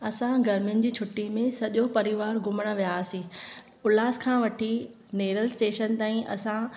असां गर्मियुनि जी छुटी में सॼो परिवार घुमणु वियासीं उल्हास खां वठी नेरल स्टेशन ताईं असां